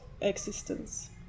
existence